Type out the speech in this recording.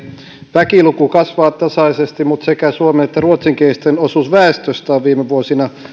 väkiluku kasvaa tasaisesti mutta sekä suomen että ruotsinkielisten osuus väestöstä on viime vuosina